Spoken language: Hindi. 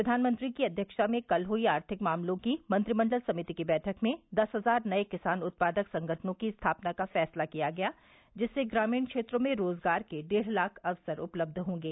प्रधानमंत्री की अध्यक्षता में कल हुई आर्थिक मामलों की मंत्रिमंडल समिति की बैठक में दस हजार नये किसान उत्पादक संगठनों की स्थापना का फैसला किया गया जिससे ग्रामीण क्षेत्रों में रोजगार के डेढ़ लाख अवसर उपलब्ध होंगे